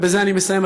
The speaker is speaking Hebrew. ובזה אני מסיים,